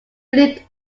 lived